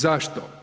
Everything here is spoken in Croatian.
Zašto?